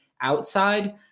outside